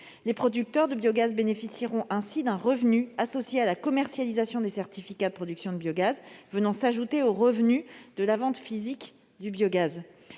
Les producteurs bénéficieront ainsi d'un revenu associé à la commercialisation des certificats de production de biogaz venant s'ajouter aux revenus de la vente physique.